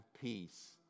peace